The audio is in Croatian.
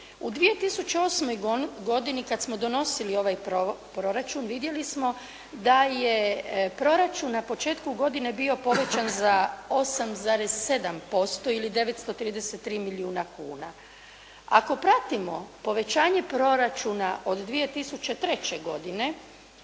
U 2008. godini kad smo donosili ovaj proračun vidjeli smo da je proračun na početku godine bio povećan za 8,7% ili 933 milijuna kuna. Ako pratimo povećanje proračuna od 2003. godine